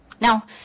Now